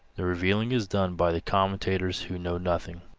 the revealing is done by the commentators, who know nothing.